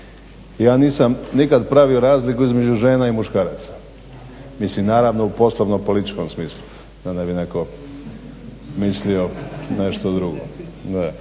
ja nisam nikad pravio razliku između žena i muškaraca, mislim naravno u poslovno-političkom smislu, da ne bi netko mislio nešto drugo.